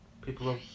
people